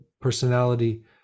personality